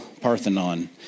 Parthenon